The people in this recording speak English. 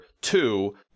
two